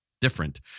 different